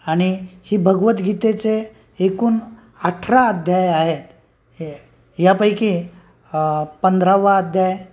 आणि ही भगवदगीता एकूण अठरा अध्याय आहेत यापैकी पंधरावा अध्याय